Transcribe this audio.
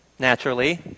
naturally